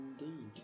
indeed